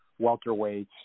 welterweights